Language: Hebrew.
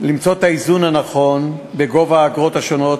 למצוא את האיזון הנכון בגובה האגרות השונות,